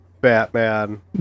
batman